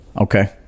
okay